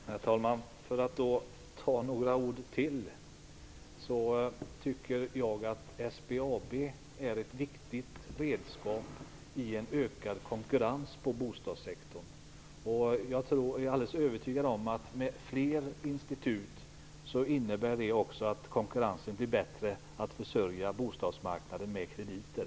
Herr talman! För att då ta några ord till så tycker jag att SBAB är ett viktigt redskap i en ökad konkurrens på bostadssektorn. Jag är alldeles övertygad om att fler institut innebär att konkurrensen blir bättre när det gäller att försörja bostadsmarknaden med krediter.